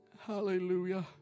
Hallelujah